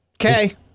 Okay